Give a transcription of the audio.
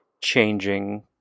changing